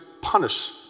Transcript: punish